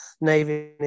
Navy